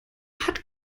hat